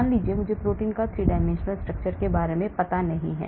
मान लीजिए कि मुझे प्रोटीन की 3 dimensional structure के बारे में पता नहीं है